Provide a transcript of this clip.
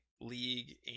league